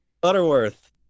Butterworth